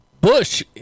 Bush